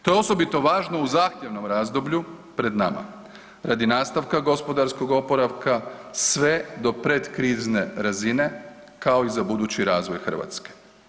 To je osobito važno u zahtjevnom razdoblju pred nama radi nastavka gospodarskog oporavke sve do pretkrizne razine, kao i za budući razvoj Hrvatske.